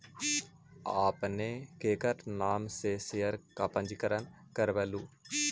आपने केकर नाम से शेयर का पंजीकरण करवलू